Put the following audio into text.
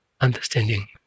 understanding